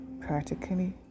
practically